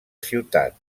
ciutat